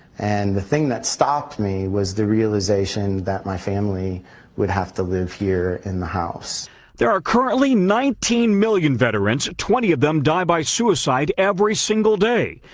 and the thing that stopped me was the realization that my family would have to live here in the house. reporter there are currently nineteen million veterans, twenty of them die by suicide every single day.